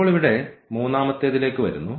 ഇപ്പോൾ ഇവിടെ മൂന്നാമത്തേതിലേക്ക് വരുന്നു